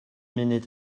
munud